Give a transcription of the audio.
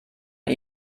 man